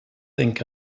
think